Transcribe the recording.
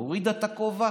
הורידה את הכובע,